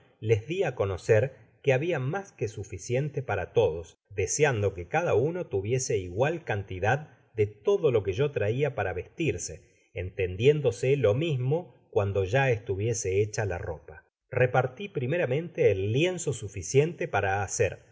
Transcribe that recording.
les di á conocer que habia mas que suficiente para todos deseando que cada uno tuviese igual cantidad de todo lo que yo traia para vestirse entendiéndose lo mismo cuando ya estuviese hecha la ropa reparti primeramente el lienzo suficiente para hacer